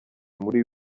muri